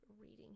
reading